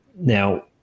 Now